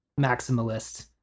maximalist